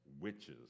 witches